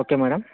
okay madam